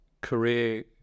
career